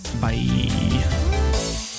Bye